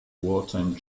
wartime